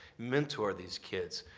mentor these kids,